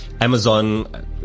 Amazon